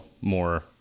more